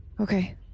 Okay